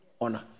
Honor